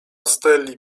stelli